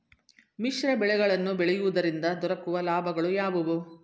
ಮಿಶ್ರ ಬೆಳೆಗಳನ್ನು ಬೆಳೆಯುವುದರಿಂದ ದೊರಕುವ ಲಾಭಗಳು ಯಾವುವು?